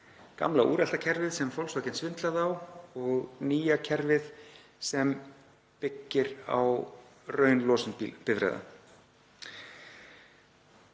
gamla úrelta kerfið sem Volkswagen svindlaði á og nýja kerfið sem byggir á raunlosun bifreiða.